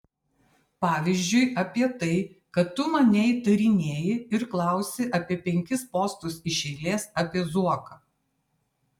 pavyzdžiui apie tai kad tu mane įtarinėji ir klausi apie penkis postus iš eilės apie zuoką